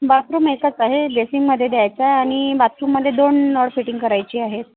bathroom एकच आहे बेसिनमध्ये द्यायचं आणि बाथरूममध्ये दोन नळ फिटिंग करायचे आहेत